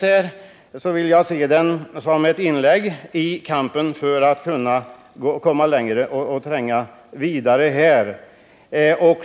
Jag vill se motionen som ett bidrag i kampen för att tränga vidare.